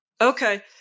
Okay